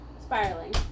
spiraling